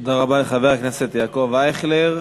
תודה רבה לחבר הכנסת יעקב אייכלר.